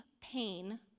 pain